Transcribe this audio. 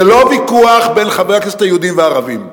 זה לא ויכוח בין חברי הכנסת היהודים לערבים.